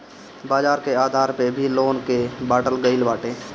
बाजार के आधार पअ भी लोन के बाटल गईल बाटे